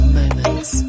moments